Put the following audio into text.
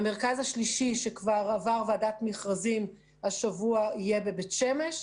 המרכז השלישי שהשבוע כבר עבר ועדת מכרזים יהיה בבית שמש.